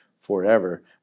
forever